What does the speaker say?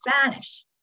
Spanish